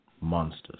Monsters